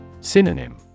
Synonym